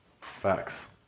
Facts